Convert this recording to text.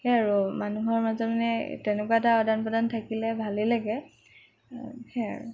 সেইয়ে আৰু মানুহৰ মাজত মানে তেনেকুৱা এটা আদান প্ৰদান থাকিলে ভালেই লাগে সেয়াই আৰু